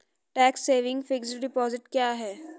Tax saving fixed deposit क्या है?